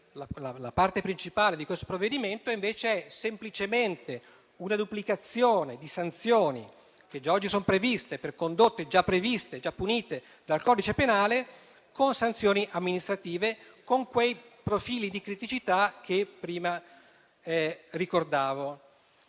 la parte principale di questo provvedimento è semplicemente una duplicazione di sanzioni che già oggi sono previste, per condotte già previste e già punite dal codice penale, con sanzioni amministrative e con quei profili di criticità che prima ricordavo.